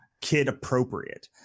kid-appropriate